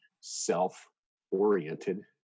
self-oriented